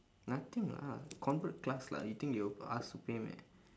nothing lah convert class lah you think they will ask to pay meh